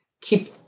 keep